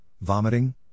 vomiting